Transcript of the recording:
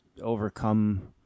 overcome